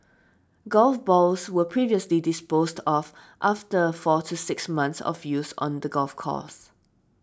golf balls were previously disposed of after four to six months of use on the golf course